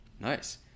Nice